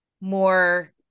more